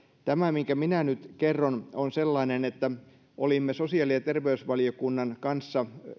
tämä minkä minä nyt kerron on sellainen että olimme sosiaali ja terveysvaliokunnan kanssa